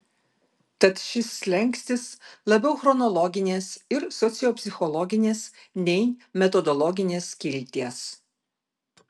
tad šis slenkstis labiau chronologinės ir sociopsichologinės nei metodologinės kilties